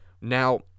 Now